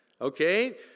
Okay